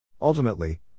Ultimately